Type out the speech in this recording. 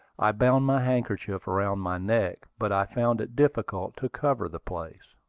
i bound my handkerchief around my neck, but i found it difficult to cover the place.